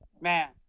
man